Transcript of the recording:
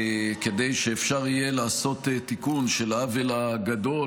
כדי שאפשר יהיה לעשות תיקון של העוול הגדול